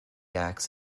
acts